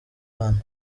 bana